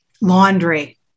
laundry